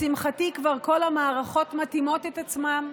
לשמחתי כבר כל המערכות מתאימות את עצמן,